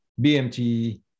BMT